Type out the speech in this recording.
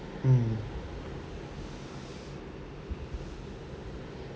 mm